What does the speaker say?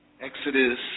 Exodus